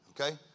okay